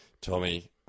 Tommy